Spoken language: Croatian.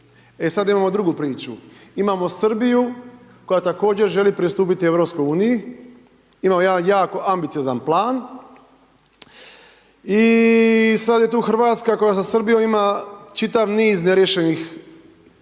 E sad imamo drugu priču. Imamo Srbiju koja također želi pristupiti Europskoj uniji, imamo jedan jako ambiciozan plan, i sad je tu Hrvatska koja sa Srbijom ima čitav niz neriješenih